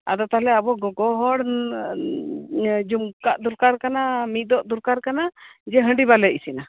ᱟᱫᱚ ᱛᱟᱞᱦᱮ ᱜᱚᱜᱚ ᱦᱚᱲ ᱡᱚᱢᱠᱟᱜ ᱫᱚᱨᱠᱟᱨ ᱠᱟᱱᱟ ᱢᱤᱫᱚᱜ ᱫᱚᱨᱠᱟᱨ ᱠᱟᱱᱟ ᱡᱮ ᱦᱟᱺᱰᱤ ᱵᱟᱞᱮ ᱤᱥᱤᱱᱟ